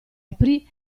aprì